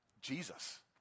Jesus